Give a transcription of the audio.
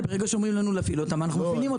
ברגע שאומרים לנו להפעיל, אנחנו מפעילים.